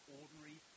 ordinary